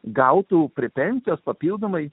gautų prie pensijos papildomai